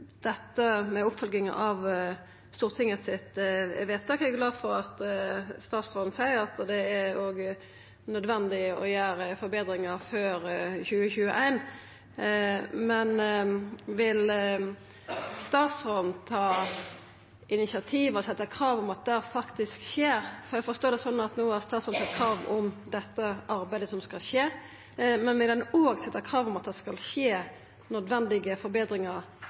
oppfølginga av Stortingets vedtak: Eg er glad for at statsråden seier det er nødvendig å gjera forbetringar før 2021, men vil statsråden ta initiativ og setja krav om at det faktisk skjer? Eg har forstått det slik at statsråden no har sett krav om at det arbeidet skal skje, men vil han òg setja krav om at nødvendige forbetringar skal skje